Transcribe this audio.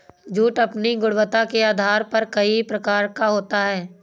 jute अपनी गुणवत्ता के आधार पर कई प्रकार का होता है